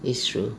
it's true